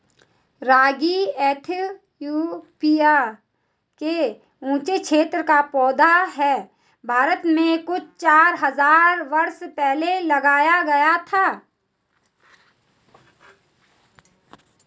रागी Ethiopia के ऊँचे क्षेत्रों का पौधा है भारत में कुछ चार हज़ार बरस पहले लाया गया था